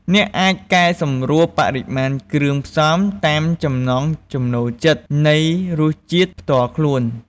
អ្នកអាច កែសម្រួលបរិមាណគ្រឿងផ្សំ តាមចំណង់ចំណូលចិត្តនៃរសជាតិផ្ទាល់ខ្លួន។